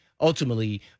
ultimately